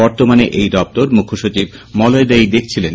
বর্তমানে এই দপ্তর মুখ্যসচিব মলয় দেই দেখছিলেন